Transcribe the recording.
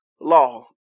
law